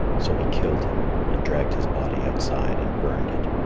so he killed him and dragged his body outside and burned it.